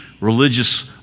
religious